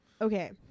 Okay